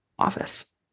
office